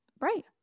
Right